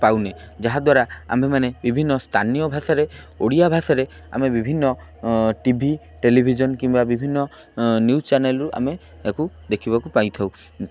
ପାଉନାହିଁ ଯାହାଦ୍ୱାରା ଆମ୍ଭେମାନେ ବିଭିନ୍ନ ସ୍ଥାନୀୟ ଭାଷାରେ ଓଡ଼ିଆ ଭାଷାରେ ଆମେ ବିଭିନ୍ନ ଟିଭି ଟେଲିଭିଜନ୍ କିମ୍ବା ବିଭିନ୍ନ ନ୍ୟୁଜ୍ ଚ୍ୟାନେଲ୍ରୁ ଆମେ ଏହାକୁ ଦେଖିବାକୁ ପାଇଥାଉ